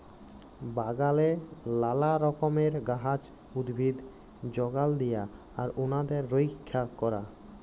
বাগালে লালা রকমের গাহাচ, উদ্ভিদ যগাল দিয়া আর উনাদের রইক্ষা ক্যরা